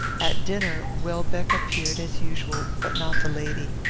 at dinner welbeck appeared as usual, but not the lady.